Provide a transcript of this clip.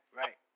right